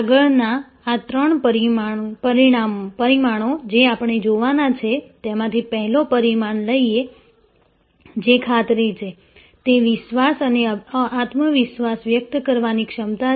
આગળ ના ત્રણ પરિમાણો જે આપણે જોવાના છે તેમાંથી પહેલો પરિમાણ લઈએ જે ખાતરી છે તે વિશ્વાસ અને આત્મવિશ્વાસ વ્યક્ત કરવાની ક્ષમતા છે